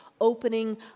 opening